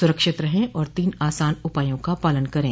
सुरक्षित रहें और तीन आसान उपायों का पालन करें